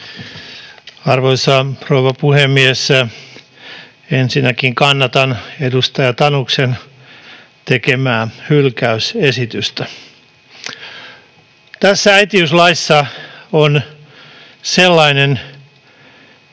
Arvoisa rouva puhemies! Ensinnäkin kannatan edustaja Tanuksen tekemää hylkäysesitystä. Tässä äitiyslaissa on sellainen